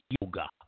yoga